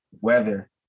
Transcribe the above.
weather